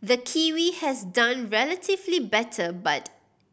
the kiwi has done relatively better but